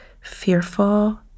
fearful